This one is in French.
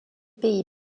pays